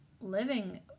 living